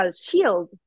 shield